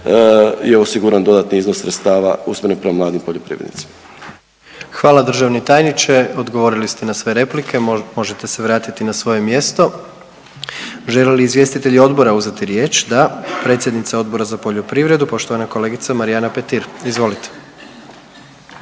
je osiguran dodatni iznos sredstava usmjeren prema mladim poljoprivrednicima. **Jandroković, Gordan (HDZ)** Hvala državni tajniče, odgovorili ste na sve replike, možete se vratiti na svoje mjesto. Žele li izvjestitelji odbora uzeti riječ? Da. Predsjednica Odbora za poljoprivredu poštovana kolegica Marijana Petir, izvolite.